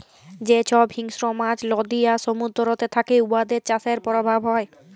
যে ছব হিংস্র মাছ লদী আর সমুদ্দুরেতে থ্যাকে উয়াদের চাষের পরভাব হ্যয়